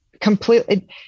completely